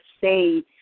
say